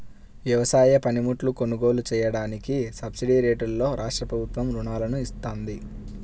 వ్యవసాయ పనిముట్లు కొనుగోలు చెయ్యడానికి సబ్సిడీరేట్లలో రాష్ట్రప్రభుత్వం రుణాలను ఇత్తంది